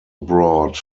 brought